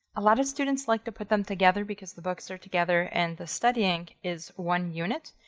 a lot of students like to put them together because the books are together and the studying is one unit.